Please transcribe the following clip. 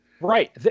Right